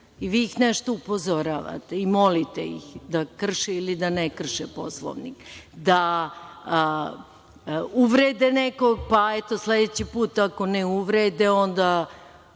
i vi ih nešto upozoravate i molite ih da krše ili da ne krše Poslovnik, da uvrede nekog, pa, eto, sledeći put ako ne uvrede onda,